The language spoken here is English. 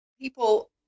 people